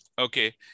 okay